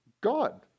God